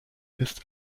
ist